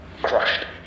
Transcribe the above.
crushed